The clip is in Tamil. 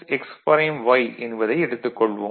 y என்பதை எடுத்துக் கொள்வோம்